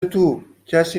توکسی